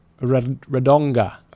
Radonga